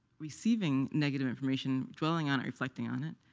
receiving negative information, dwelling on or reflecting on it,